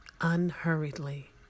unhurriedly